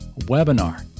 webinar